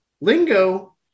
lingo